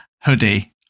hoodie